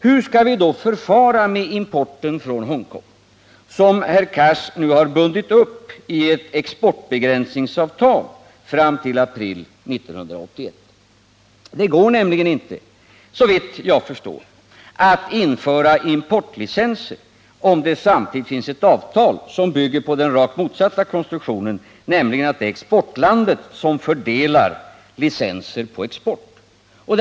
Hur skall vi då förfara med importen från Hongkong, som herr Cars nu har bundit upp i ett exportbegränsningsavtal fram till april 1981? Det går nämligen inte, såvitt jag förstår, att införa importlicenser, om det samtidigt finns ett avtal som bygger på den rakt motsatta konstruktionen, nämligen att det är exportlandet som fördelar exportlicenser.